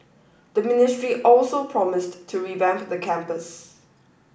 the ministry also promised to revamp the campus